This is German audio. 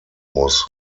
muss